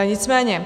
Nicméně.